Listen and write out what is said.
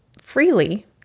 freely